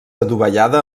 adovellada